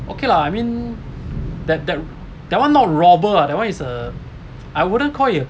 okay lah I mean that that that one not robber ah that one is a I wouldn't call it a